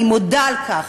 אני מודה על כך.